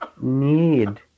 need